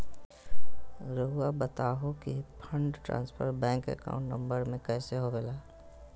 रहुआ बताहो कि fund transfer bank account number में कैसे होबेला?